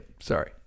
sorry